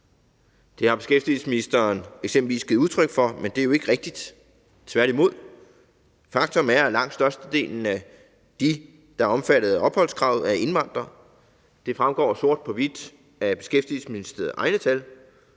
beskæftigelsesministeren givet udtryk for, men det er jo ikke rigtigt, tværtimod. Faktum er, at langt størstedelen af dem, der er omfattet af opholdskravet, er indvandrere; det fremgår sort på hvidt af Beskæftigelsesministeriets